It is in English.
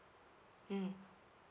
mm